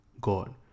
God